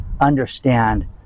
understand